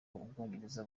ubwongereza